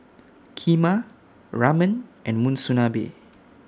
Kheema Ramen and Monsunabe